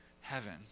heaven